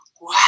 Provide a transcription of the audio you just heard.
wow